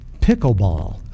pickleball